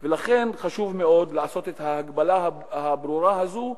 לכן חשוב מאוד לעשות את ההגבלה הברורה הזאת.